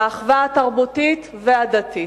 את האחווה התרבותית והדתית.